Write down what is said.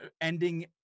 ending